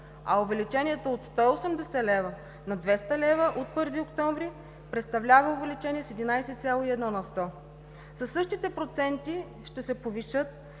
а увеличението от 180 лв. на 200 лв. от 1 октомври представлява увеличение с 11,1 на сто. Със същите проценти ще се повишат